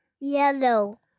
Yellow